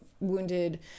Wounded